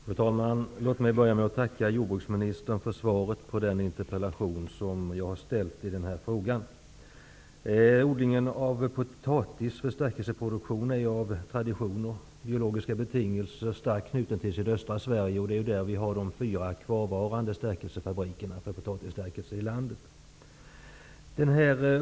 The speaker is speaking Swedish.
Fru talman! Låt mig börja med att tacka jordbruksministern för svaret på den interpellation som jag har framställt i denna fråga. Odlingen av potatis för stärkelseproduktion är av tradition och biologiska betingelser starkt knuten till sydöstra Sverige, och det är där vi har de fyra kvarvarande fabrikerna för tillverkning av potatisstärkelse i landet.